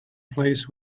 place